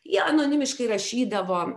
jie anonimiškai rašydavo